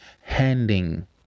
handing